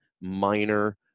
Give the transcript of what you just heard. minor